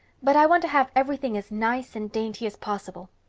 but i want to have everything as nice and dainty as possible.